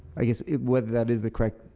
i guess whether that is the correct,